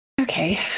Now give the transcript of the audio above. okay